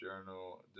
journal